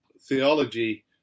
theology